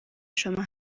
شما